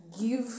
give